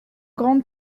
grande